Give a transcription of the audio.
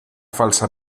falsa